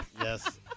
Yes